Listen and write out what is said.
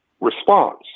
response